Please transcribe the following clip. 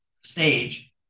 stage